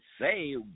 say